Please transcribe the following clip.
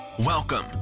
Welcome